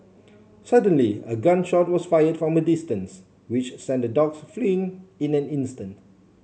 suddenly a gun shot was fired from a distance which sent the dogs fleeing in an instant